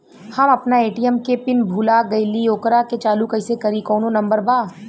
हम अपना ए.टी.एम के पिन भूला गईली ओकरा के चालू कइसे करी कौनो नंबर बा?